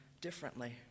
differently